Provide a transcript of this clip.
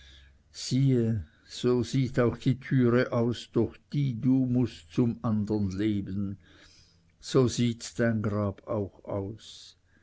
siehe so sieht auch die türe aus durch die du mußt zum andern leben so sieht dein grab auch aus